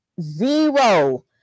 zero